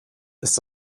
ist